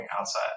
outside